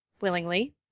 Willingly